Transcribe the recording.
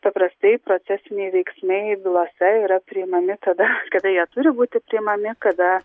paprastai procesiniai veiksniai bylose yra priimami tada kada jie turi būti priimami kada